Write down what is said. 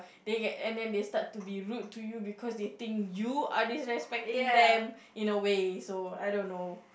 they get and they start to be rude to you because they think you are disrespecting them in a way so I don't know